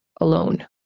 alone